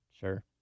Sure